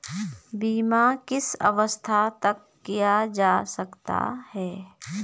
बीमा किस अवस्था तक किया जा सकता है?